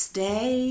Stay